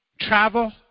Travel